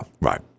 right